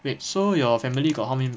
okay so your family got how many